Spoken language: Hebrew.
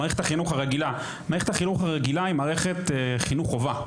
מערכת החינוך הרגילה היא מערכת חינוך חובה.